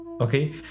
Okay